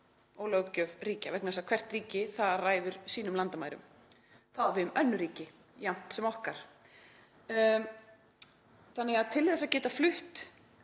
og löggjöf ríkja vegna þess að hvert ríki ræður sínum landamærum, það á við um önnur ríki jafnt sem okkar. Til þess að geta flutt